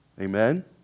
Amen